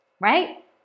right